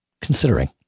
considering